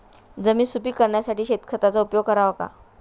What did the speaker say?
जमीन सुपीक करण्यासाठी शेणखताचा उपयोग करावा का?